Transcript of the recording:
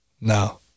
No